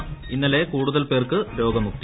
ന് ഇന്നലെ കൂടുതൽ പ്പ്ർക്ക് രോഗമുക്തി